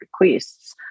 requests